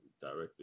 directly